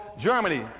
Germany